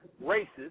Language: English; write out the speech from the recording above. races